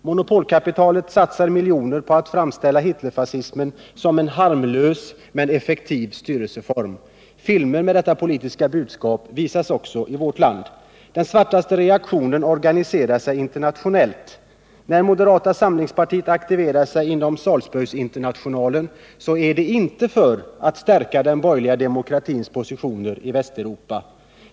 Monopolkapitalet satsar miljoner på att framställa Hitlerfascismen som en harmlös men effektiv styrelseform. Filmer med detta politiska budskap visas också i vårt land. Den svartaste reaktionen organiserar sig internationellt. När moderata samlingspartiet aktiverar sig inom Salzburginternationalen, så inte är det för att stärka den borgerliga demokratins positioner i Västeuropa.